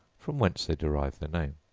from whence they derive their name.